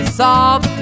solved